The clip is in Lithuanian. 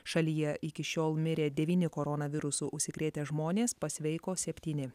šalyje iki šiol mirė devyni koronavirusu užsikrėtę žmonės pasveiko septyni